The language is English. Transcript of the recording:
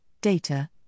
data